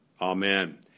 Amen